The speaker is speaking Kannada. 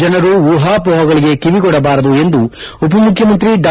ಜನರು ಉಹಾಪೋಹಗಳಿಗೆ ಕಿವಿಕೊಡಬಾರದು ಎಂದು ಉಪ ಮುಖ್ಯಮಂತ್ರಿ ಡಾ